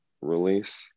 Release